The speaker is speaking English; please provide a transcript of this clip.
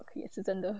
okay 是真的